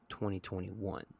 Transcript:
2021